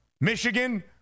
Michigan